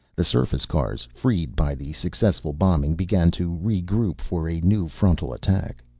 the surface cars, freed by the successful bombing, began to regroup for a new frontal attack.